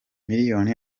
millions